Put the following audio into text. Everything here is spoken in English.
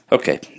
Okay